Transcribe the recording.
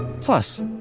Plus